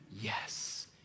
yes